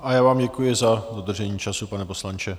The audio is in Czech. A já vám děkuji za dodržení času, pane poslanče.